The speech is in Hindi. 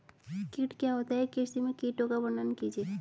कीट क्या होता है कृषि में कीटों का वर्णन कीजिए?